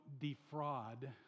defraud